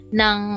ng